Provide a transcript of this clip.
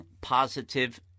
positive